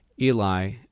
Eli